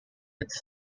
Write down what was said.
its